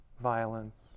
violence